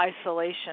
isolation